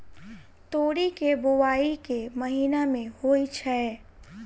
तोरी केँ बोवाई केँ महीना मे होइ छैय?